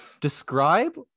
describe